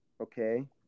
Okay